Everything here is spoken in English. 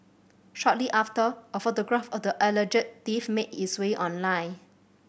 shortly after a photograph of the alleged thief made its way online